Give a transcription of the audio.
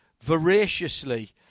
voraciously